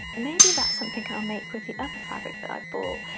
maybe that's something i'll make with the ah the fabric that i've bought.